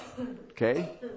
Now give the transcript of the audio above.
Okay